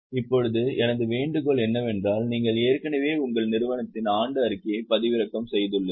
இப்போது எனது வேண்டுகோள் என்னவென்றால் நீங்கள் ஏற்கனவே உங்கள் நிறுவனத்தின் ஆண்டு அறிக்கையை பதிவிறக்கம் செய்துள்ளீர்கள்